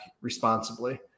responsibly